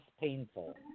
painful